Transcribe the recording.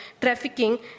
trafficking